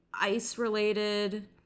ice-related